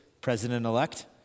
president-elect